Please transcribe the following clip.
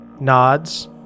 nods